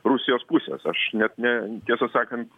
rusijos pusės aš net ne tiesą sakant